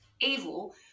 evil